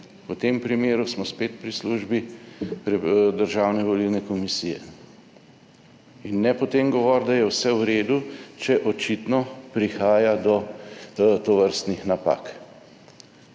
V tem primeru smo spet pri službi Državne volilne komisije. In ne potem govoriti, da je vse v redu, če očitno prihaja do tovrstnih napak,